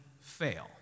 fail